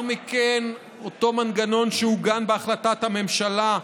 מכן אותו מנגנון שעוגן בהחלטת הממשלה,